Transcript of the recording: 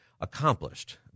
accomplished